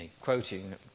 quoting